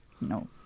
No